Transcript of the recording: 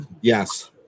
Yes